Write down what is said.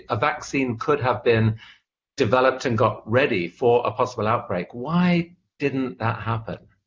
a vaccine could have been developed and got ready for a possible outbreak. why didn't that happen?